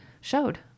showed